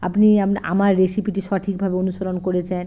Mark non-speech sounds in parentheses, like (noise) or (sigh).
আপনি (unintelligible) আমার রেসিপিটি সঠিকভাবে অনুসরণ করেছেন